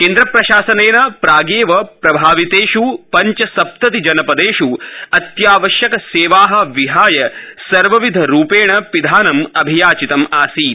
केन्द्रप्रशासनेन प्रागेव प्रभावितेष् पञ्चसप्ततिजनपदेष् अत्यावश्यकसेवा विहाय सर्वविध रूपेण पिधानम् अभियाचितम् आसीत्